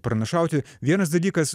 pranašauti vienas dalykas